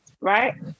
right